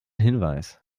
hinweis